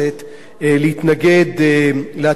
להתנגד להצעת החוק,